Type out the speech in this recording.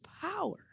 power